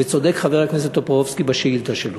צודק חבר הכנסת טופורובסקי בשאילתה שלו.